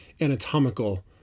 anatomical